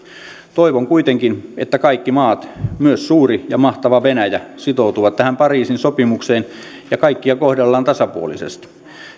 toivon kuitenkin että kaikki maat myös suuri ja mahtava venäjä sitoutuvat tähän pariisin sopimukseen ja kaikkia kohdellaan tasapuolisesti